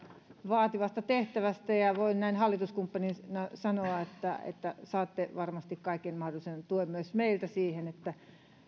vaativasta tehtävästä ja voin näin hallituskumppanina sanoa että että saatte varmasti kaiken mahdollisen tuen myös meiltä siihen